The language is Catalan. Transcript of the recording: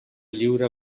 lliure